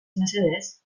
mesedez